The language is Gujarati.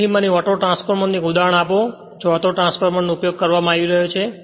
તેથી મને ઓટોટ્રાન્સફોર્મરનું એક ઉદાહરણ આપો જ્યાં ઓટોટ્રાન્સફોર્મર નો ઉપયોગ કરવામાં આવી રહ્યો છે